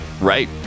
right